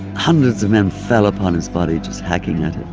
hundreds of men fell upon his body, just hacking at it.